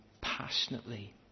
passionately